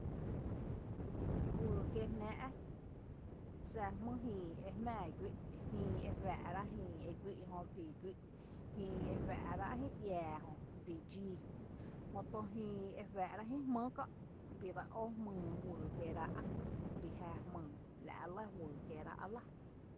Juyy kiee jnáa’ xá jmýy jïï e jmⱥⱥ e guí’ i e juⱥⱥ´rá jÏï guí’, jïï e juⱥⱥ´rá’ jïï iⱥⱥ jö bii dxíi, jötu jïï e juⱥⱥ´rá’ jï jmý kö’ bii dse ó jmýy juyy kieerá’ bii jⱥ jmyy la’ lɇ juyy kieerá’ lⱥ.